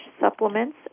supplements